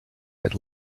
had